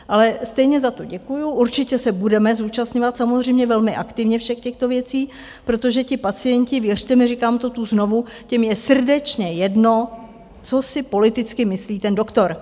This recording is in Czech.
Ale stejně za to děkuji, určitě se budeme zúčastňovat samozřejmě velmi aktivně všech těchto věcí, protože ti pacienti, věřte mi, říkám to tu znovu, těm je srdečně jedno, co si politicky myslí ten doktor.